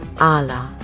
Allah